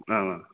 आम् आम्